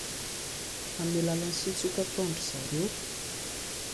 Amin'ny alalan'ny siotsioka hataon-dry zareo